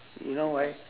you know why